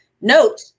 Note